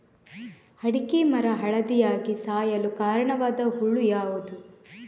ಅಡಿಕೆ ಮರ ಹಳದಿಯಾಗಿ ಸಾಯಲು ಕಾರಣವಾದ ಹುಳು ಯಾವುದು?